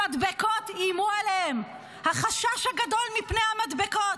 המדבקות איימו עליהם, החשש הגדול מפני המדבקות.